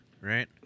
right